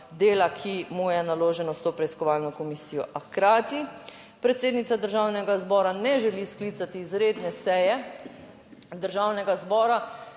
dela, ki mu je naloženo s to preiskovalno komisijo, a hkrati predsednica Državnega zbora ne želi sklicati izredne seje Državnega zbora